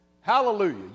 hallelujah